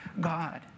God